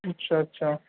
اچھا اچھا